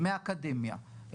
מהאקדמיה,